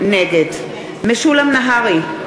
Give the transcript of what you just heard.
נגד משולם נהרי,